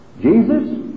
Jesus